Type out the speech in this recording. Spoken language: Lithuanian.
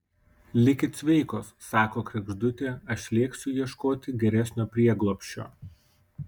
likit sveikos sako kregždutė aš lėksiu ieškoti geresnio prieglobsčio